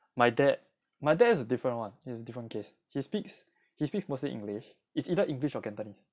my dad my dad is different [one] it is a different case he speaks he speaks mostly english it's either english or cantonese